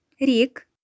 Rick